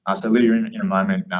ah so lydia in a moment,